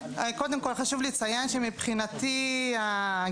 קודם כל חשוב לי לציין שמבחינתי הגמלאי